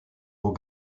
haut